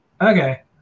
okay